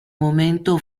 momento